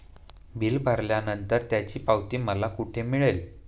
Bill भरल्यानंतर त्याची पावती मला कुठे मिळेल?